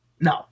No